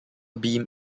beam